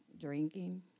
drinking